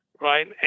right